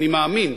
אני מאמין,